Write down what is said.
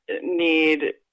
need